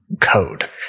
code